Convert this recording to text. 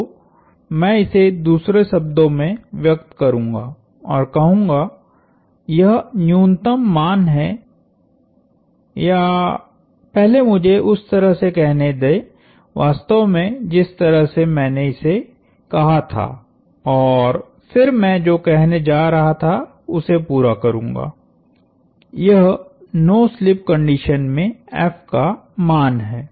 तो मैं इसे दूसरे शब्दों में व्यक्त करूँगा और कहूंगा यह न्यूनतम मान है या पहले मुझे उस तरह से कहने दें वास्तव में जिस तरह से मैंने इसे कहा था और फिर मैं जो कहने जा रहा था उसे पूरा करूंगा यह नो स्लिप कंडीशन में F का मान है